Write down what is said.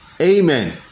Amen